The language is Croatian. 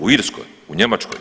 U Irskoj, u Njemačkoj.